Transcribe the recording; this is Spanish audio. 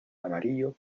amarillo